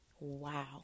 Wow